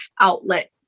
outlet